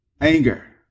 anger